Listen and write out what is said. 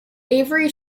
avery